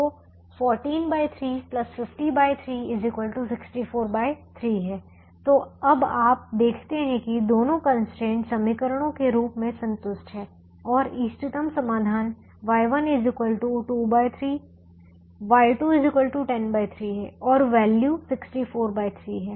तो 143 503 643 है और अब आप देखते हैं कि दोनों कंस्ट्रेंट समीकरणों के रूप में संतुष्ट हैं और इष्टतम समाधान Y1 23 Y2 103 है और वैल्यू 643 है